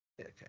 Okay